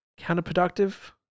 counterproductive